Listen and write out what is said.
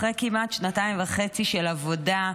אחרי כמעט שנתיים וחצי של עבודה,